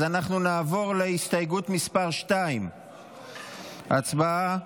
אז אנחנו נעבור להסתייגות מס' 2. הצבעה.